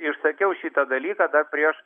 ir sakiau šitą dalyką dar prieš